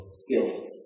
skills